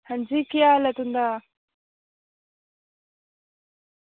अंजी केह् हाल ऐ तुंदा